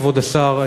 כבוד השר,